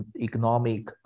economic